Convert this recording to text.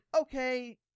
okay